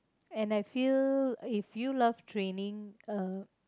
and I feel if you love training uh